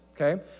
okay